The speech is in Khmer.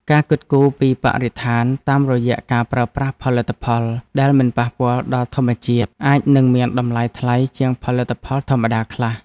ការគិតគូរពីបរិស្ថានតាមរយៈការប្រើប្រាស់ផលិតផលដែលមិនប៉ះពាល់ដល់ធម្មជាតិអាចនឹងមានតម្លៃថ្លៃជាងផលិតផលធម្មតាខ្លះ។